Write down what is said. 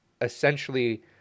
essentially